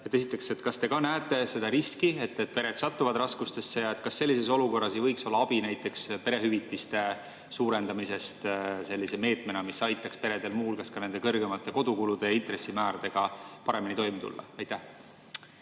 Esiteks, kas te ka näete seda riski, et pered satuvad raskustesse, ja [teiseks,] kas sellises olukorras ei võiks olla abi näiteks perehüvitiste suurendamisest sellise meetmena, mis aitaks peredel muu hulgas ka kõrgemate kodukulude ja intressimääradega paremini toime tulla? Aitäh!